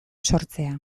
sortzea